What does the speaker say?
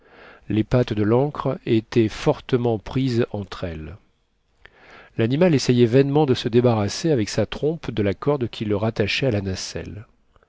les pattes de l'ancre étaient fortement prises entre elles l'animal essayait vainement de se débarrasser avec sa trompe de la corde qui le rattachait à la nacelle